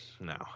no